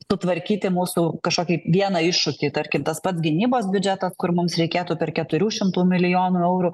sutvarkyti mūsų kažkokį vieną iššūkį tarkim tas pats gynybos biudžetas kur mums reikėtų per keturių šimtų milijonų eurų